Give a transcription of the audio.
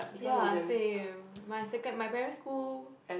ya same my second~ my primary school